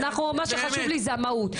מה שחשוב לי זה המהות,